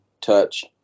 touch